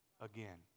again